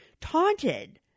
taunted